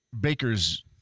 baker's